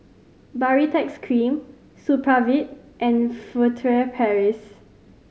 Baritex Cream Supravit and Furtere Paris